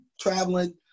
traveling